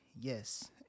Yes